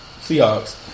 Seahawks